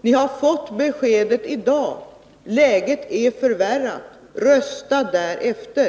Vi har fått beskedet i dag: läget är förvärrat. Rösta därefter!